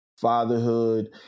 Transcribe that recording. fatherhood